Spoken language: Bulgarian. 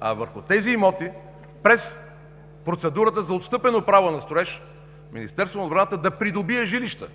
а върху тези имоти, през процедурата за отстъпено право на строеж, Министерството на отбраната да придобие жилища